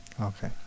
Okay